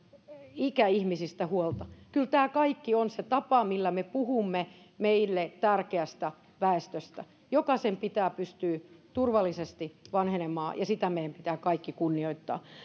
ikäihmisistä huolta kyllä tämä kaikki on se tapa millä me puhumme meille tärkeästä väestöstä jokaisen pitää pystyä turvallisesti vanhenemaan ja sitä meidän pitää kaikkien kunnioittaa